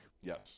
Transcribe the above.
Yes